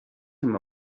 him